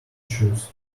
shoes